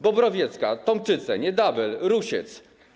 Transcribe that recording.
Bobrowiecka, Tomczyce, Niedabyl, Rusiec.